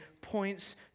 points